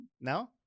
No